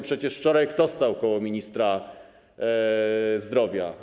Przecież wczoraj kto stał koło ministra zdrowia?